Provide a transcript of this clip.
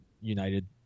United